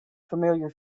familiar